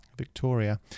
victoria